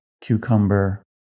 cucumber